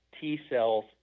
T-cells